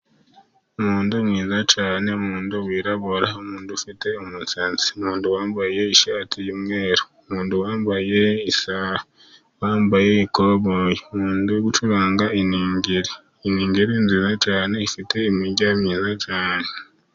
Umuntu mwiza cyane, umuntu wirabura umuntu ufite umusatsi umuntu wambaye ishati y'umweru, umuntu wambaye isaha wambaye ikoboyi, umuntu uri gucuranga iningiri, iningiri nziza cyane ifite imirya myiza cyane.